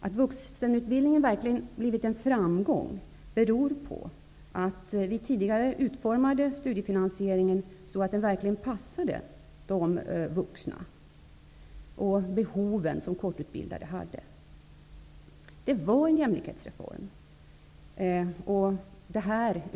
Att vuxenutbildningen verkligen blivit en framgång beror på att vi tidigare utformade studiefinansieringen så att den verkligen passade de vuxna och de behov de kortutbildade hade. Det var en jämlikhetsreform.